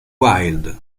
wild